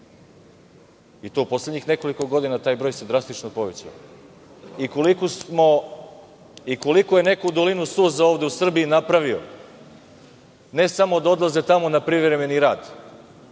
i to u poslednjih nekoliko godina taj broj se drastično povećao i koliku je neko dolinu suza ovde u Srbiji napravio, ne samo da odlaze tamo na privremeni rad,